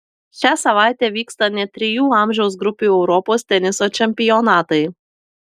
šią savaitę vyksta net trijų amžiaus grupių europos teniso čempionatai